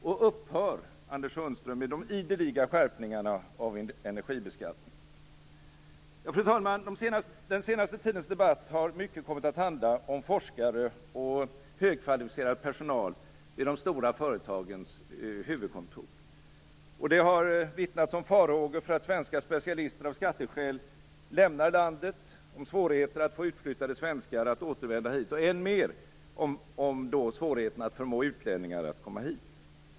Och upphör, Anders Sundström, med de ideliga skärpningarna av energibeskattningen! Fru talman! Den senaste tidens debatt har mycket kommit att handla om forskare och högkvalificerad personal vid de stora företagens huvudkontor. Det har vittnats om farhågor för att svenska specialister av skatteskäl lämnar landet, om svårigheter att få utflyttade svenskar att återvända hit och - än mer - om svårigheter att förmå utlänningar att komma hit.